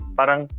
Parang